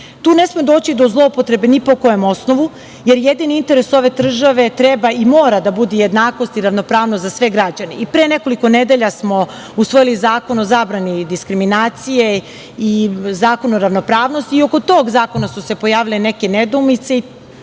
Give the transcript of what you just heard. ne sme doći do zloupotrebe ni po kojem osnovu jer jedini interes ove države treba i mora da bude jednakost i ravnopravnost za sve građane i pre nekoliko nedelja smo usvojili zakon o zabrani diskriminacije, i Zakon o ravnopravnosti, i oko tog zakona su se pojavile neke nedoumice. Zakon